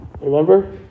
Remember